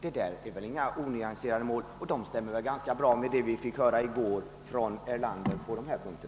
Det är inga onyanserade mål, och detta stämmer ganska bra med vad vi fick höra i går av herr Erlander.